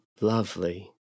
lovely